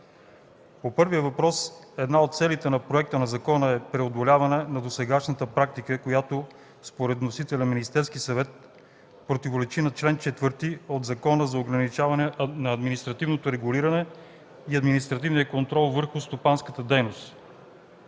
По първия въпрос една от целите на законопроекта е преодоляване на досегашната практика, която според вносителя Министерския съвет, противоречи на чл. 4 от Закона за ограничаване на административното регулиране и административния контрол върху стопанската дейност,